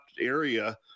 area